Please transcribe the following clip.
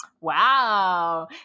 Wow